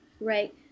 Right